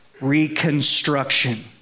reconstruction